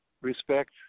respect